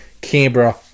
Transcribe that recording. Canberra